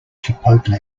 chipotle